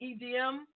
EDM